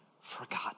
forgotten